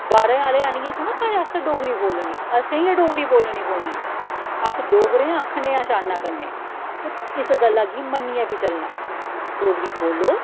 बाह्रें आह्लें आह्नियै थोह्ड़े साढ़े आस्तै डोगरी बोलनी असें ई गै डोगरी बोलनी पौनी अस डोगरें आं आखने आं शानै कन्नै ते इस गल्लै गी मन्नियै बी चलना डोगरी बोल्लो